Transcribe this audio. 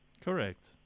Correct